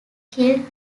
killed